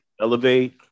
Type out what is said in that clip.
elevate